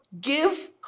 give